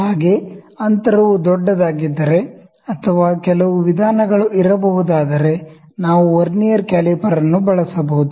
ಹಾಗೆ ಅಂತರವು ದೊಡ್ಡದಾಗಿದ್ದರೆ ಅಥವಾ ಕೆಲವು ವಿಧಾನಗಳು ಇರಬಹುದಾದರೆ ನಾವು ವರ್ನಿಯರ್ ಕ್ಯಾಲಿಪರ್ ಅನ್ನು ಬಳಸಬಹುದು